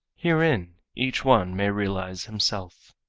herein each one may realize himself.